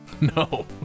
No